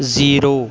zero